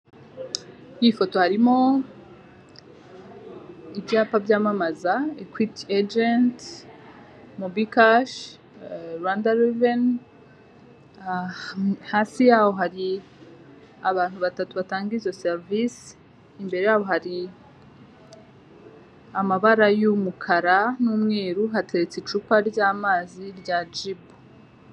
ku ifoto harimo ibyapa byamamaza equit egent mobicash rwnda reveni, hasi yaho hari abantu batatu batanga izo serivisi. Imbere yabo hari amabara yumukara n'umweru hateretse icupa ryamazi rya gibu